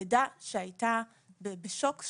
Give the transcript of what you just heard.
לידה שהיתה בשוק,